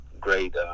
great